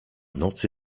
nocy